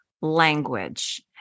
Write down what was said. language